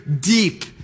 deep